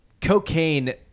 Cocaine